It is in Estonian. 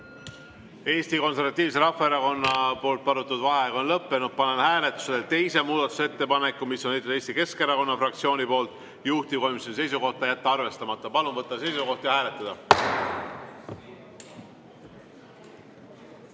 Eesti Konservatiivse Rahvaerakonna palutud vaheaeg on lõppenud. Panen hääletusele teise muudatusettepaneku, mille on esitanud Eesti Keskerakonna fraktsioon, juhtivkomisjoni seisukoht: jätta arvestamata. Palun võtta seisukoht ja hääletada!